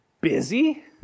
Busy